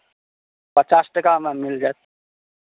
पचास टाकामे मिल जायत